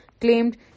claimed